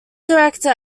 director